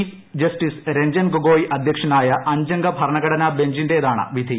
chief justice Ranjan Gogoi അധ്യക്ഷനായ അഞ്ചംഗ ഭരണഘടനാ ബഞ്ചിന്റേതാണ് വിധി